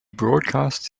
broadcasts